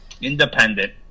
independent